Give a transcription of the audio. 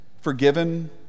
forgiven